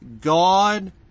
God